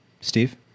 Steve